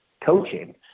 coaching